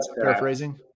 paraphrasing